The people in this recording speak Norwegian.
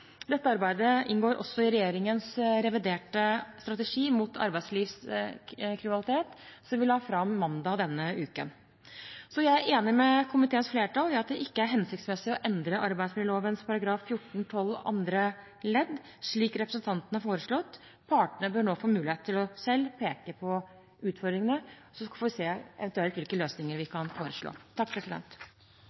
Dette arbeidet inngår også i regjeringens reviderte strategi mot arbeidslivskriminalitet, som vi la fram mandag denne uken. Jeg er enig med komiteens flertall i at det ikke er hensiktsmessig å endre arbeidsmiljøloven § 14-12 andre ledd, slik representantene har foreslått. Partene bør nå få muligheten til selv å peke på utfordringene, og så får vi eventuelt se hvilke løsninger vi kan foreslå.